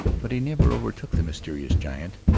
but he never overtook the mysterious giant,